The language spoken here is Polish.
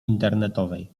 internetowej